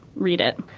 read it.